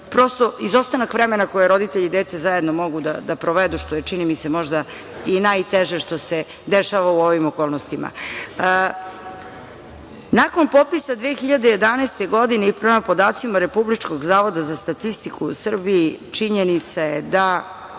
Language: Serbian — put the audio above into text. prosto, izostanak vremena koje roditelj i dete zajedno mogu da provedu, što je, čini mi se, možda i najteže što se dešava u ovim okolnostima. Nakon popisa 2011. godine i prema podacima Republičko zavoda za statistiku, u Srbiji činjenica je da